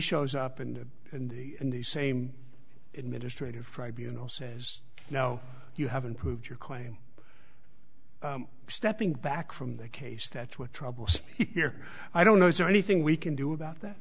shows up and in the in the same administrative tribunal says no you haven't proved your claim stepping back from that case that's what troubles me here i don't know is there anything we can do about that